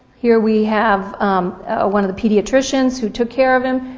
here we have ah one of the pediatricians who took care of him,